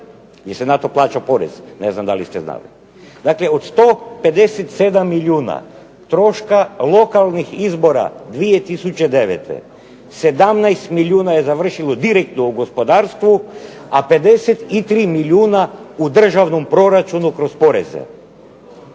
jer se na to plaća porez, ne znam da li ste znali. Dakle, od 157 milijuna troška lokalnih izbora 2009. 17 milijuna je završilo direktno u gospodarstvu, a 53 milijuna u državnom proračunu kroz poreze.